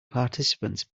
participants